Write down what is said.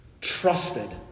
trusted